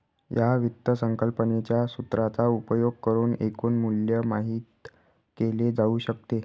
या वित्त संकल्पनेच्या सूत्राचा उपयोग करुन एकूण मूल्य माहित केले जाऊ शकते